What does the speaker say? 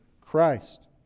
Christ